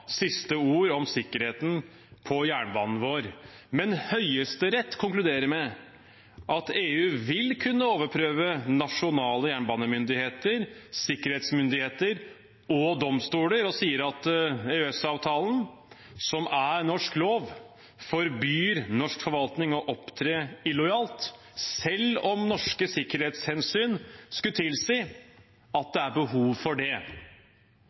siste ord om sikkerheten på jernbanen vår. Men Høyesterett konkluderer med at EU vil kunne overprøve nasjonale jernbanemyndigheter, sikkerhetsmyndigheter og domstoler, og sier at EØS-avtalen, som er norsk lov, forbyr norsk forvaltning å opptre illojalt, selv om norske sikkerhetshensyn skulle tilsi at det er behov for det.